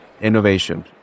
innovation